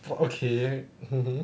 oh okay mmhmm